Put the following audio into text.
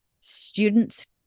students